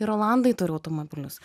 ir olandai turi automobilius